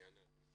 אני אענה.